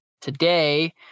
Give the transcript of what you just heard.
Today